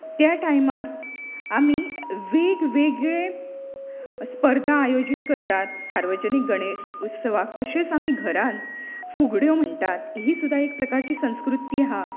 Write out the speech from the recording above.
त्या टायमार आमी वेगवेगळे स्पर्धा आयोजीत करतात सार्वजनीक गणेश उत्सवाक तशेंच आमी घरांत फुगड्यो म्हणटात ही सुद्दां एक प्रकारची संस्कृती आहा